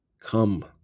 Come